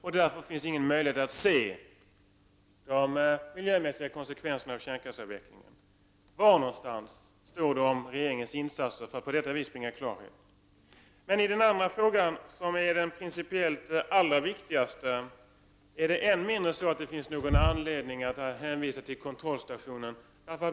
Därför finns ingen möjlighet att se de miljömässiga konsekvenserna av kärnkraftsavvecklingen. Var någonstans står det om regeringens insatser för att på detta vis bringa klarhet? I den andra frågan, som principiellt är den allra viktigaste, finns det än mindre någon anledning att hänvisa till kontrollstationen.